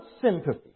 sympathy